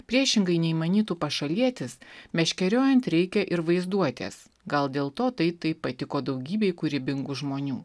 priešingai nei manytų pašalietis meškeriojant reikia ir vaizduotės gal dėl to tai taip patiko daugybei kūrybingų žmonių